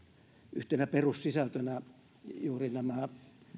yhtenä perussisältönä juuri nämä